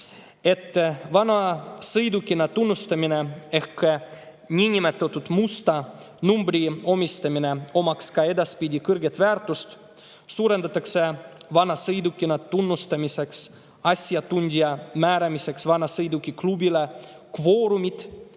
vanasõidukina tunnustamisel ehk niinimetatud musta numbri omistamisel oleks ka edaspidi kõrge väärtus, suurendatakse vanasõidukina tunnustamisega [tegeleva] asjatundja määramiseks vanasõidukiklubide kvoorumit